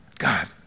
God